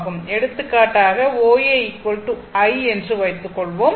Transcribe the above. எடுத்துக்காட்டாக OA i என்று வைத்துக்கொள்வோம்